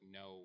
no